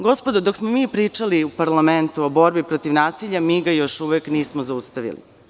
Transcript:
Gospodo, dok smo mi pričali u parlamentu o borbi protiv nasilja, mi ga još uvek nismo zaustavili.